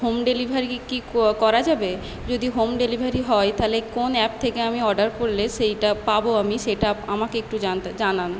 home delivery কি করা যাবে যদি হোম ডেলিভারি হয় তাহলে কোন অ্যাপ থেকে আমি অর্ডার করলে সেইটা পাবো আমি সেইটা আমাকে একটু জানান